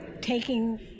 taking